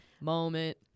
moment